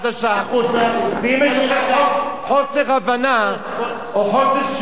ואם יש לך חוסר הבנה או חוסר שמיעה, יש לך בעיה.